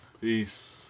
Peace